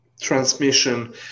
transmission